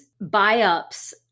buy-ups